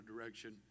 direction